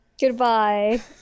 Goodbye